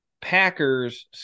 Packers